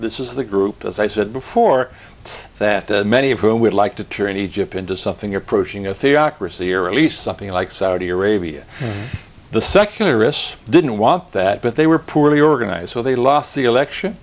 this is the group as i said before that many of whom would like to tear in egypt into something approaching a theocracy or at least something like saudi arabia the secularists didn't want that but they were poorly organized so they lost the election